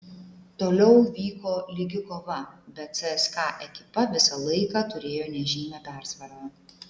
toliau vyko lygi kova bet cska ekipa visą laiką turėjo nežymią persvarą